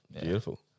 Beautiful